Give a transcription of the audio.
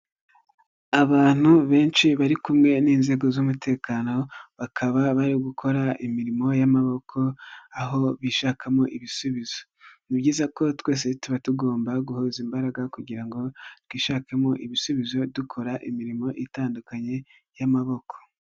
Abantu benshi bari kumwe n'inzego z'umutekano bakaba bari gukora imirimo y'amaboko aho bishakamo ibisubizo. Ni byiza ko twese tuba tugomba guhuza imbaraga, kugira ngo twishakemo ibisubizo dukora imirimo itandukanye y'amaboko.